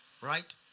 right